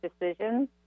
decisions